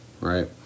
right